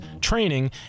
training